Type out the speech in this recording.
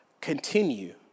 continue